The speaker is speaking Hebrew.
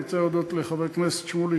אני רוצה להודות לחבר הכנסת שמולי,